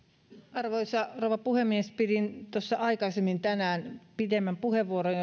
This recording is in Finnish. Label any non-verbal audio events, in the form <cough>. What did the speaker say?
arvoisa rouva puhemies pidin aikaisemmin tänään pidemmän puheenvuoron <unintelligible>